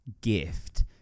gift